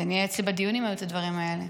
זה היה אצלי בדיונים, הדברים האלה.